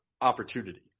opportunity